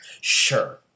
Sure